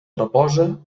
reposa